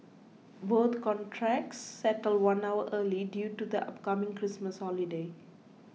both contracts settled one hour early due to the upcoming Christmas holiday